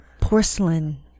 porcelain